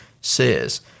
says